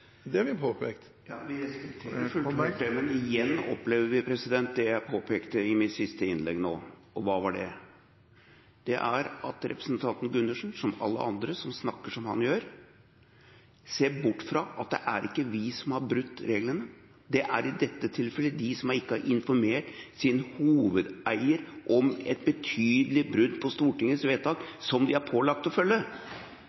det jeg påpekte i mitt siste innlegg nå – og hva var det? Det er at representanten Gundersen, som alle andre som snakker som han gjør, ser bort fra at det er ikke vi som har brutt reglene. Det er i dette tilfellet de som ikke har informert sin hovedeier om et betydelig brudd på Stortingets vedtak,